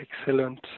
excellent